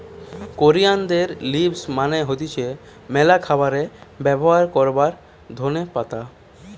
কোরিয়ানদের লিভস মানে হতিছে ম্যালা খাবারে ব্যবহার করবার ধোনে পাতা